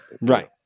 Right